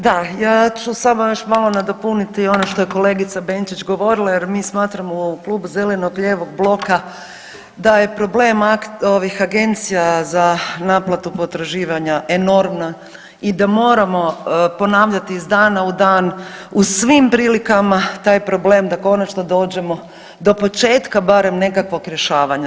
Da, ja ću samo još malo nadopuniti ono što je kolegica Benčić govorila jer mi smatramo u Klubu zeleno-lijevog bloka da je problem ovih agencija za naplatu potraživanja enormna i da moramo ponavljati iz dana u dan u svim prilikama taj problem da konačno dođemo do početka barem nekakvog rješavanja.